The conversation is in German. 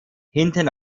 hinten